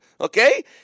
okay